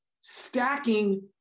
stacking